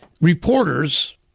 Reporters